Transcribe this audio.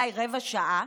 אולי לרבע שעה,